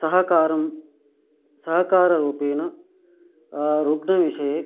सहकारं सहकाररूपेण रुग्णविषये